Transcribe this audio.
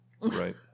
Right